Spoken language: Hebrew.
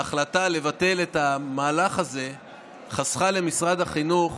ההחלטה לבטל את המהלך הזה חסכה למשרד החינוך